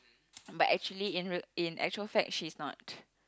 but actually in real in actual fact she's not